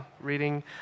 reading